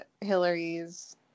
Hillary's